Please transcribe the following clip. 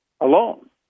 alone